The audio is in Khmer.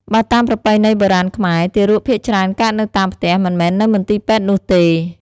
បើតាមប្រពៃណីបុរាណខ្មែរ ទារកភាគច្រើនកើតនៅតាមផ្ទះ មិនមែននៅមន្ទីរពេទ្យនោះទេ។